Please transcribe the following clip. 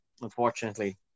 unfortunately